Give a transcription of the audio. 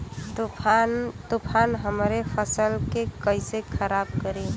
तूफान हमरे फसल के कइसे खराब करी?